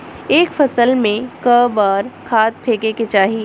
एक फसल में क बार खाद फेके के चाही?